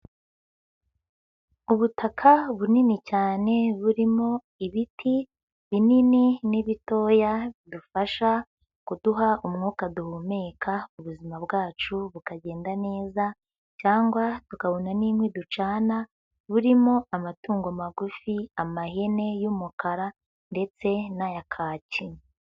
Ubutaka bunini cyane burimo ibiti binini n'ibitoya bidufasha kuduha umwuka duhumeka, ubuzima bwacu bukagenda neza cyangwa tukabona n'inkwi ducana, burimo amatungo magufi, amahene y'umukara ndetse n'aya kaki.